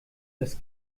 das